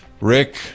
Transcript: Rick